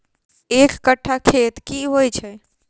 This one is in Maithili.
एक कट्ठा खेत की होइ छै?